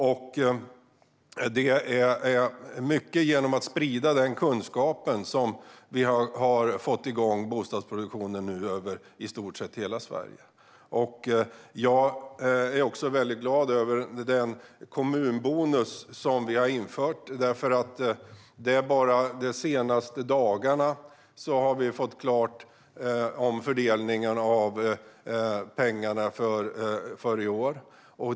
Det är till stor del genom att sprida den kunskapen som vi har fått igång bostadsproduktionen över i stort sett hela Sverige nu. Jag är också glad över den kommunbonus som vi har infört. Bara de senaste dagarna har vi fått klart fördelningen av pengarna för i år.